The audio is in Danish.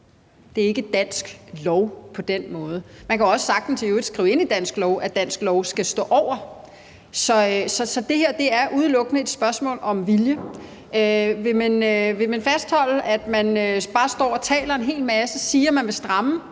Det er ikke dansk lov på den måde. Man kan i øvrigt også sagtens skrive ind i dansk lov, at dansk lov skal stå over. Så det her er udelukkende et spørgsmål om vilje. Vil man fastholde, at man bare står og taler en hel masse og siger, at man vil stramme,